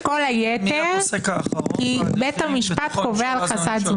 אתה מעניש את כל היתר כי בית המשפט קובע לך סד זמן.